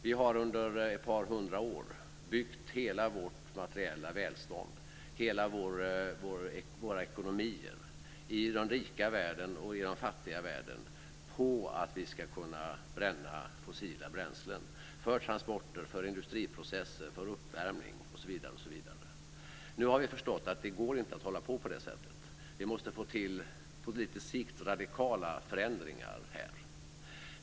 Vi har under ett par hundra år byggt hela vårt materiella välstånd och hela våra ekonomier i den rika världen och den fattiga världen på att vi ska kunna bränna fossila bränslen för transporter, industriprocesser, uppvärmning, osv. Nu har vi förstått att det inte går att hålla på på det sättet. Vi måste få till förändringar här som på lite sikt är radikala.